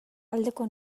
aldeko